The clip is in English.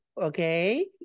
okay